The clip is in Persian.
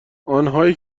آنهایی